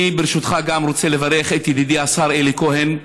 אני, ברשותך, רוצה לברך גם את ידידי השר אלי כהן,